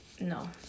no